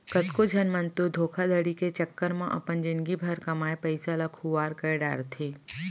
कतको झन मन ह तो धोखाघड़ी के चक्कर म अपन जिनगी भर कमाए पइसा ल खुवार कर डारथे